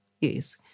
yes